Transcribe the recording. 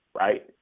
Right